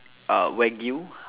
uh wagyu